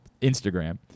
Instagram